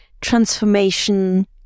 transformation